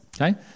Okay